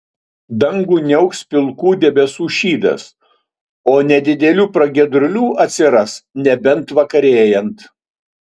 dangų niauks pilkų debesų šydas o nedidelių pragiedrulių atsiras nebent vakarėjant